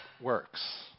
works